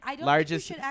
Largest